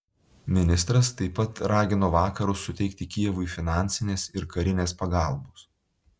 ministras taip pat ragino vakarus suteikti kijevui finansinės ir karinės pagalbos